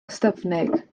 ystyfnig